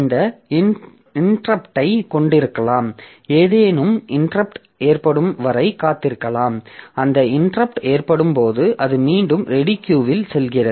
இந்த இன்டெர்ப்ட்டை கொண்டிருக்கலாம் ஏதேனும் இன்டெர்ப்ட் ஏற்படும் வரை காத்திருக்கலாம் அந்த இன்டெர்ப்ட் ஏற்படும் போது அது மீண்டும் ரெடி கியூ இல் செல்கிறது